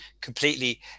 completely